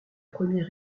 premier